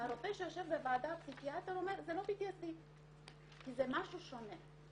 הרופא הפסיכיאטר שיושב בוועדה אומר "זה לא PTSD" כי זה משהו שונה.